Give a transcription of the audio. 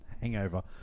hangover